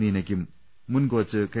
നീനയ്ക്കും മുൻ coach K